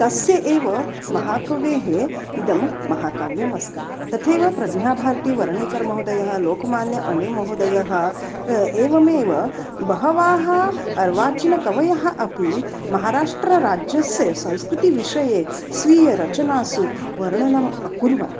तस्य एव महाकवेः इदं महाकाव्यमस्ति तथैव प्रज्ञाभारतिवर्णेकरमहोदयः लोकमान्य अणिमहोदयः एवमेव बहवः अर्वाचीनकवयः अपि महाराष्ट्रराज्यस्य संस्कृतिविषये स्वीयरचनासु वर्णनम् अकुर्वन्